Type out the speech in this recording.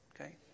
okay